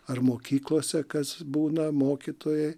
ar mokyklose kas būna mokytojai